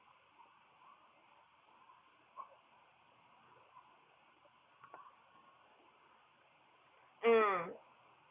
mm